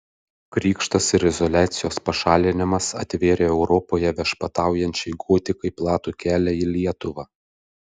krikštas ir izoliacijos pašalinimas atvėrė europoje viešpataujančiai gotikai platų kelią į lietuvą